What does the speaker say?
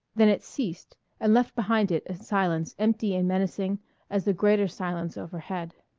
then it ceased and left behind it a silence empty and menacing as the greater silence overhead.